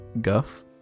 guff